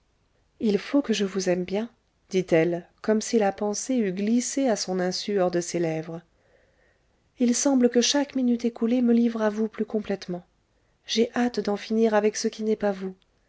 il faut que je vous aime bien dit-elle comme si la pensée eût glissé à son insu hors de ses lèvres il semble que chaque minute écoulée me livre à vous plus complètement j'ai hâte d'en finir avec ce qui n'est pas vous